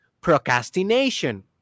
procrastination